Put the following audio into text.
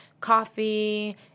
coffee